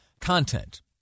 content